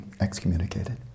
excommunicated